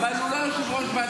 אני מקווה שראש האופוזיציה יקשיב.